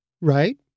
right